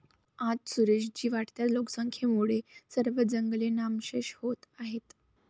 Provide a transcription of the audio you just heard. आज सुरेश जी, वाढत्या लोकसंख्येमुळे सर्व जंगले नामशेष होत आहेत